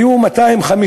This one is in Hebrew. היו 250